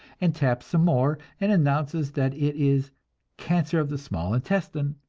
and taps some more, and announces that it is cancer of the small intestine,